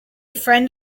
friend